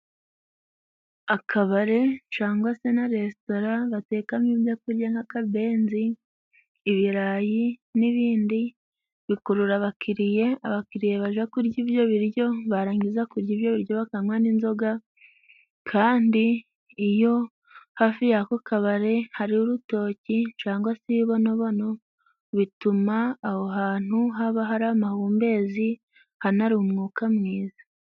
Akabare cangwa se na resitora batekamo ibyo kurya nk'akabenzi, ibirayi, n'ibindi bikurura abakiriya. Abakiriya baje kurya ibyo biryo barangiza kujya ibyoryo bakanywa n'inzoga, kandi iyo hafi y'ako kabari hari urutoki cyangwa se ibibono bituma aho hantu haba hari amahumbezi hanari umwuka mwiza.